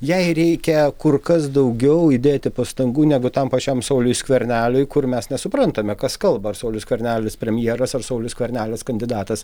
jai reikia kur kas daugiau įdėti pastangų negu tam pačiam sauliui skverneliui kur mes nesuprantame kas kalba ar saulius skvernelis premjeras ar saulius skvernelis kandidatas